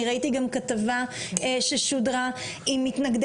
אני ראיתי גם כתבה ששודרה עם מתנגדי